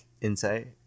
Insight